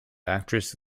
actress